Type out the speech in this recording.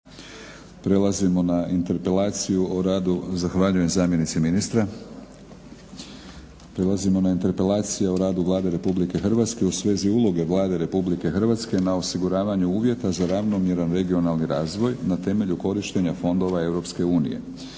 se odbije interpelacija o radu Vlade RH u svezi uloge Vlade RH na osiguravanja uvjeta za ravnomjeran regionalni razvoj na temelju korištenja fondova EU.